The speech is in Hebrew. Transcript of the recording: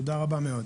תודה רבה.